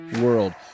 world